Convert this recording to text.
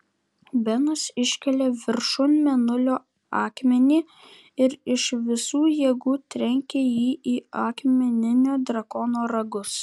benas iškėlė viršun mėnulio akmenį ir iš visų jėgų trenkė jį į akmeninio drakono ragus